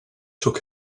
took